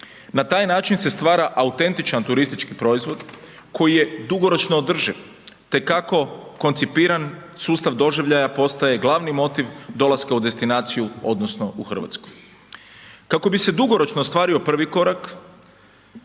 Na taj način se stvara autentičan turistički proizvod koji je dugoročno održiv te kako koncipiran sustav doživljaja postaje glavni motiv dolaska u destinaciju odnosno u Hrvatsku. Kako bi se dugoročno ostvario 1. korak,